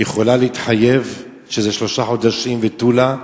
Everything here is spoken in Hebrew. יכולה להתחייב שזה שלושה חודשים ותו לא?